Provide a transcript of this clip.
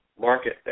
market